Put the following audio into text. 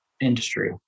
industry